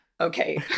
okay